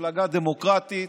מפלגה דמוקרטית,